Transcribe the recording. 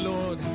Lord